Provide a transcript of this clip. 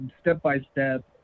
step-by-step